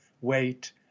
weight